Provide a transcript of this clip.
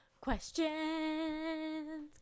questions